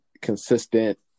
consistent